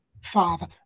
Father